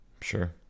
Sure